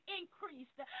increased